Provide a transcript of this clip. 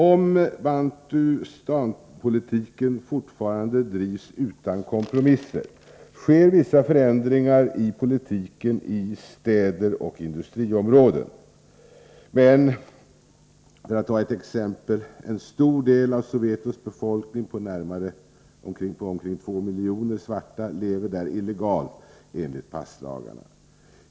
Om Bantustanpolitiken fortfarande drivs utan kompromisser, sker vissa förändringar i politiken i städer och industriområden, Men, för att ta ett exempel, en stor del av Sowetos befolkning på närmare två miljoner svarta lever där illegalt enligt passlagen.